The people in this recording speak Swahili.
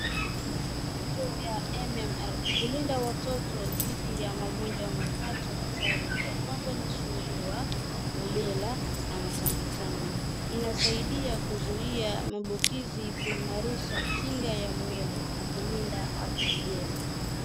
Chanjo ya MMR hulinda watoto dhidi ya magonjwa matatu hatari, ya kwanza ni surua, rubella na matambi tambi. Inasaidiaa kuzuia maambukizi kuimarisha kinga ya mwili na kulinda afya njema.